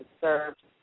served